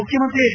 ಮುಖ್ಯಮಂತ್ರಿ ಹೆಚ್